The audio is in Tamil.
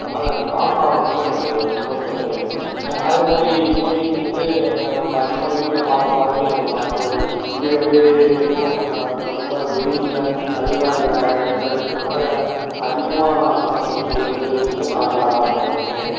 அதனால் இந்த காக்கா மட்டும் எனக்கு ரொம்ப ஸ்பெஷலு ஏ அதே மாதிரி சின்ன வயசிலேருந்து நம்ம அதிகமாக வீட்டில் பார்த்த பறவையும் அது தான் நம்ம இ வீடு வந்து எதுவும் நம்ம ரொம்ப வெயிலில் அதிகமாக இருக்கிற இடத்துல இருக்ககிறதால அதிகமாக காணப்படக்கூடிய ஒரே ஒரு விஷயம் காக்கா தான் எப்பவுமே